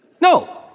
No